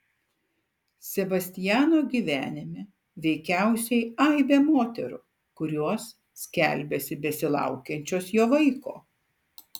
sebastiano gyvenime veikiausiai aibė moterų kurios skelbiasi besilaukiančios jo vaiko